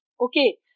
Okay